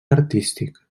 artístic